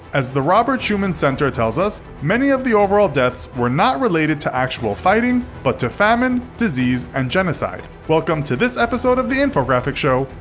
as the robert schuman centre tells us, many of the overall deaths were not related to actual fighting, but to famine, disease, and genocide. welcome to this episode of the infographics show,